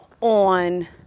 on